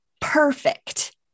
perfect